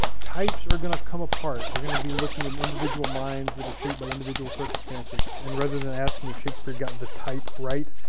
types are gonna come apart. we're gonna be looking in individual minds that are shaped by individual circumstances and rather than asking if shakespeare got the type right,